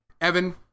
Evan